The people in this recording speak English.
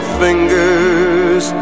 fingers